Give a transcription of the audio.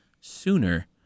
sooner